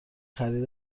خرید